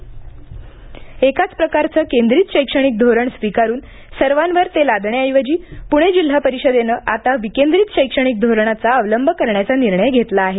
शैक्षणिक धोरण एकाच प्रकारचे केंद्रित शैक्षणिक धोरण स्वीकारून सर्वांवर ते लादण्याऐवजी पुणे जिल्हा परिषदेनं आता विकेंद्रित शैक्षणिक धोरणाचा अवलंब करण्याचा निर्णय घेतला आहे